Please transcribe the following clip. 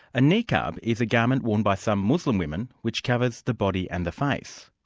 a niqab is a garment worn by some muslim women which covers the body and the face,